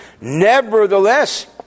Nevertheless